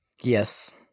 yes